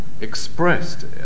expressed